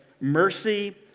mercy